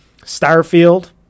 Starfield